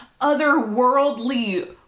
otherworldly